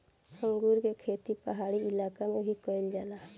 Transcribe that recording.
अंगूर के खेती पहाड़ी इलाका में भी कईल जाला